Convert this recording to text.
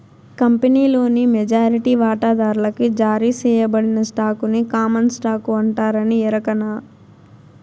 కంపినీలోని మెజారిటీ వాటాదార్లకి జారీ సేయబడిన స్టాకుని కామన్ స్టాకు అంటారని ఎరకనా